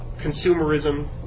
Consumerism